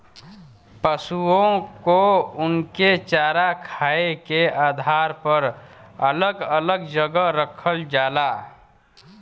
पसुओ को उनके चारा खाए के आधार पर अलग अलग जगह रखल जाला